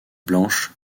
blanche